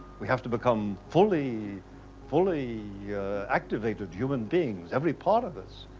we have to become fully fully activated human beings, every part of us,